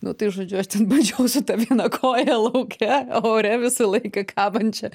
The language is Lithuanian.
nu tai žodžiu aš ten bandžiau su ta viena koja lauke ore visą laiką kabančia